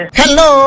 hello